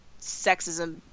sexism